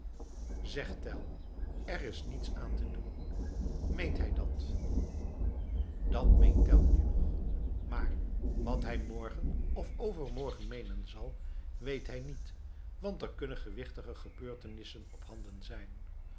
zegt tell er is niets aan te doen meent hij dat dat meent tell nu nog maar wat hij morgen of overmorgen meenen zal weet hij niet want er kunnen gewichtige gebeurtenissen op handen zijn